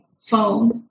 phone